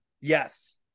Yes